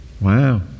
Wow